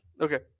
Okay